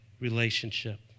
relationship